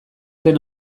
den